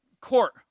court